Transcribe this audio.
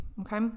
Okay